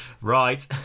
Right